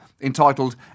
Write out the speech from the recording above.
entitled